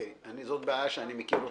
זאת בעיה שאני מכיר אותה.